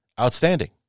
Outstanding